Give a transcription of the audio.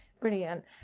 Brilliant